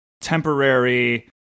temporary